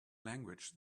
language